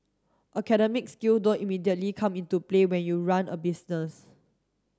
academic skill don't immediately come into play when you run a business